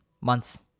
months